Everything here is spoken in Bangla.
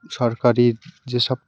সরকারি যেসব